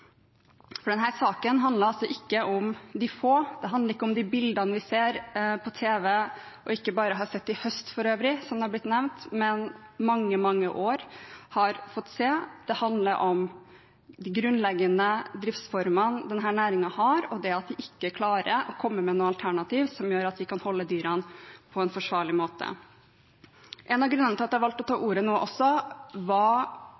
For denne saken handler altså ikke om de få, den handler ikke om de bildene vi ser på tv, og ikke bare har sett i høst for øvrig, som det er blitt nevnt, men det vi i mange, mange år har fått se. Det handler om de grunnleggende driftsformene denne næringen har, og det at de ikke klarer å komme med noe alternativ som gjør at de kan holde dyrene på en forsvarlig måte. En av grunnene til at jeg valgte å ta ordet nå, var